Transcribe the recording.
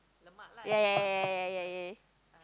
yea yea yea yea yea yea